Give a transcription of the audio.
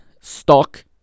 stock